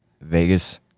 Vegas